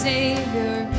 Savior